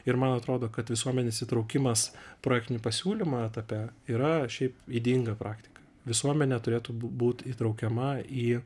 ir man atrodo kad visuomenės įtraukimas projektinį pasiūlymą etape yra šiaip ydinga praktika visuomenė turėtų būt įtraukiama į